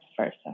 versa